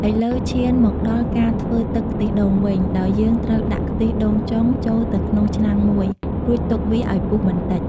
ឥឡូវ ឈានមកដល់ការធ្វើទឹកខ្ទិះដូងវិញ ដោយយើងត្រូវដាក់ខ្ទិះដូងចុងចូលទៅក្នុងឆ្នាំងមួយ រួចទុកវាឱ្យពុះបន្តិច។